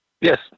Yes